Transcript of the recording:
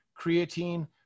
creatine